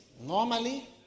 normally